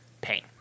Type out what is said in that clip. pain